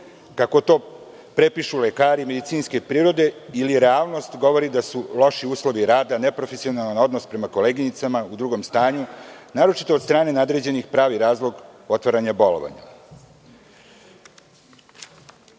kako to prepišu lekari, medicinske prirode, ali realnost govori da su loši uslovi rada, neprofesionalan odnos prema koleginicama u drugom stanju, naročito od strane nadređenih, pravi razlog otvaranja bolovanja. Jedna